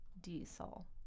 diesel